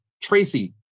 tracy